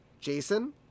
Jason